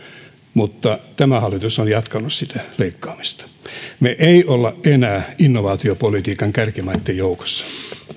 mutta tämä hallitus on jatkanut sitä leikkaamista me emme ole enää innovaatiopolitiikan kärkimaitten joukossa